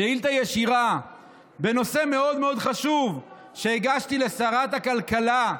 שאילתה ישירה בנושא מאוד מאוד חשוב שהגשתי לשרת הכלכלה,